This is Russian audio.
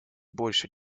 больше